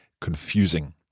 confusing